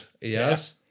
Yes